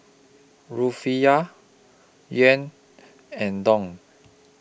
Rufiyaa Yuan and Dong